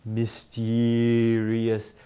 mysterious